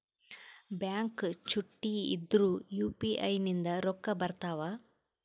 Bank ಚುಟ್ಟಿ ಇದ್ರೂ UPI ನಿಂದ ರೊಕ್ಕ ಬರ್ತಾವಾ?